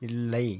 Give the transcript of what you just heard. இல்லை